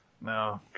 No